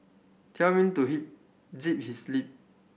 tell him to zip his lip